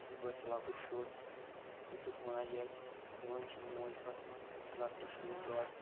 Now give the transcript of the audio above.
اَصل پأٹھۍ سُہ لۄکُٹ شُر دیُتُکھ ماجہِ اَتھہِ دِوان چھ موج پتہٕ تٔمِس لۄکٹِس شُرِس دۄد